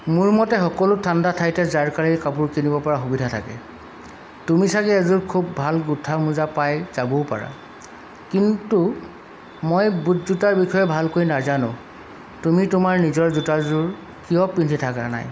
মোৰ মতে সকলো ঠাণ্ডা ঠাইতে জাৰকালিৰ কাপোৰ কিনিব পৰা সুবিধা থাকে তুমি চাগে এযোৰ খুব ভাল গোঁঠা মোজা পাই যাবও পাৰা কিন্তু মই বুট জোতাৰ বিষয়ে ভালকৈ নাজানো তুমি তোমাৰ নিজৰ জোতাযোৰ কিয় পিন্ধি থকা নাই